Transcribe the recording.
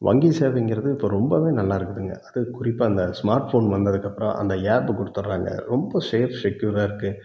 வங்கி சேவைங்கிறது இப்போ ரொம்பவே நல்லா இருக்குதுங்க அதுவும் குறிப்பாக இந்த ஸ்மார்ட் ஃபோன் வந்ததுக்கு அப்புறம் அந்த ஆப் கொடுத்துறாங்க ரொம்ப சேஃப் செக்குயூராக இருக்குது